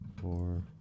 four